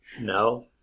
no